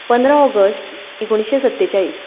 पंदरा ऑगस्ट एकुणशे सत्तेचाळीस